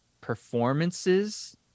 performances